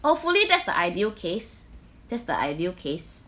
hopefully that's the ideal case that's the ideal case